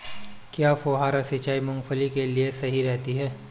क्या फुहारा सिंचाई मूंगफली के लिए सही रहती है?